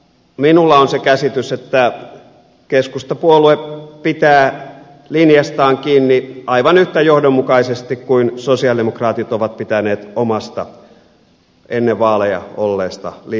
minulla on se käsitys että keskustapuolue pitää linjastaan kiinni aivan yhtä johdonmukaisesti kuin sosialidemokraatit ovat pitäneet omasta ennen vaaleja olleesta linjastaan